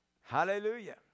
Hallelujah